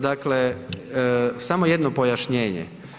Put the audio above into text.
Dakle, samo jedno pojašnjenje.